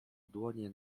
dłonie